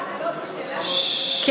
לך זה לא קשה, לנו זה קשה.